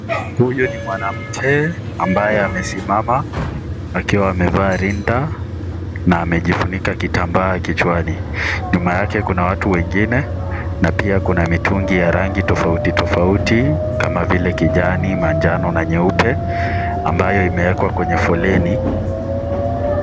Huyu ni mwanamke ambaye amesimama akiwa amevaa rinda na amejifunika kitambaa kichwani. Nyuma yake kuna watu wengine, na pia kuna mitungi ya rangi tofauti, tofauti, kama vile kijani, manjano na nyeupe ambayo imewekwa kwenye foleni.